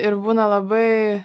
ir būna labai